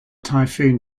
typhoon